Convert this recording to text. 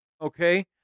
okay